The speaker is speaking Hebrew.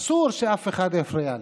אסור שאף אחד יפריע לה.